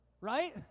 Right